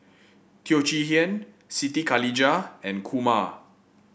Teo Chee Hean Siti Khalijah and Kumar